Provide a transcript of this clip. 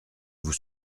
vous